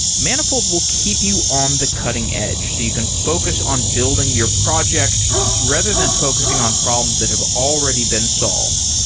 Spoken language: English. manifold will keep you on the cutting-edge so you can focus on building your project rather than focusing on problems that have already been solved.